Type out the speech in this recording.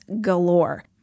galore